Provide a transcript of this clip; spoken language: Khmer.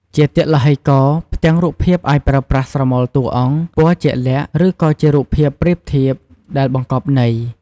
ជាទឡ្ហីករណ៍ ផ្ទាំងរូបភាពអាចប្រើប្រាស់ស្រមោលតួអង្គ ពណ៌ជាក់លាក់ ឬក៏ជារូបភាពប្រៀបធៀបដែលបង្កប់ន័យ ។